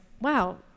wow